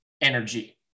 energy